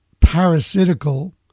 parasitical